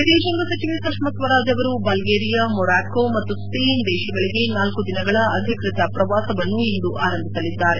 ವಿದೇಶಾಂಗ ಸಚಿವೆ ಸುಷ್ನಾ ಸ್ವರಾಜ್ ಅವರು ಬಲ್ಗೇರಿಯಾ ಮೊರೊಕ್ಕೊ ಮತ್ತು ಸ್ವೇನ್ ದೇಶಗಳಿಗೆ ನಾಲ್ಕು ದಿನಗಳ ಅಧಿಕೃತ ಪ್ರವಾಸವನ್ನು ಇಂದು ಆರಂಭಿಸಲಿದ್ದಾರೆ